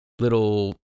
little